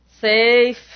safe